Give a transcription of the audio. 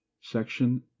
section